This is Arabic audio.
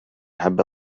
أحب